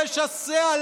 לשסע,